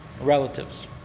relatives